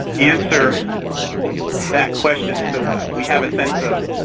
answer that question so we have a sense of